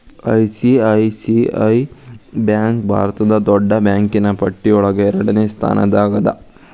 ICICI bank ಭಾರತದ್ ದೊಡ್ಡ್ ಬ್ಯಾಂಕಿನ್ನ್ ಪಟ್ಟಿಯೊಳಗ ಎರಡ್ನೆ ಸ್ಥಾನ್ದಾಗದ